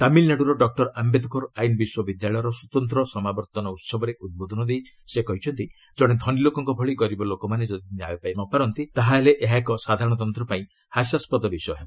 ତାମିଲ୍ନାଡୁର ଡକ୍କର ଆମ୍ବଦ୍କର ଆଇନ ବିଶ୍ୱବିଦ୍ୟାଳୟର ସ୍ୱତନ୍ତ୍ର ସମାବର୍ତ୍ତନ ଉହବରେ ଉଦ୍ବୋଧନ ଦେଇ ସେ କହିଛନ୍ତି ଜଣେ ଧନୀ ଲୋକଙ୍କ ଭଳି ଗରିବ ଲୋକମାନେ ଯଦି ନ୍ୟାୟ ପାଇ ନ ପାରନ୍ତି ତାହାହେଲେ ଏହା ଏକ ସାଧାରଣତନ୍ତ୍ର ପାଇଁ ହାସ୍ୟାସ୍କଦ ବିଷୟ ହେବ